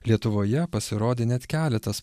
lietuvoje pasirodė net keletas